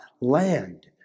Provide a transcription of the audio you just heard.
land